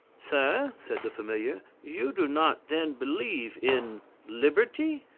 sir, said the familiar, you do not then believe in liberty?